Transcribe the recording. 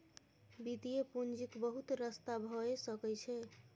वित्तीय पूंजीक बहुत रस्ता भए सकइ छै